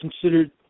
considered